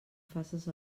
faces